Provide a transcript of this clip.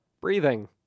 Breathing